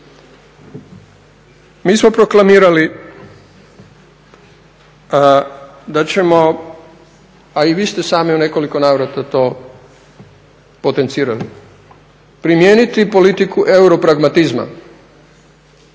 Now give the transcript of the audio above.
Mi smo proklamirali da ćemo a i vi ste sami u nekoliko navrata to potencirati primijeniti politiku europragmatizma